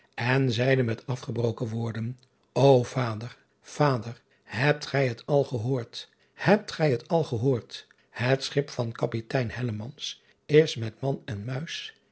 en zeide met afgebroken woorden o ader vader hebt gij het al gehoord hebt gij het al gehoord et schip van apitein is met man en muis